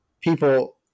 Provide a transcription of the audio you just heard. people